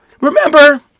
remember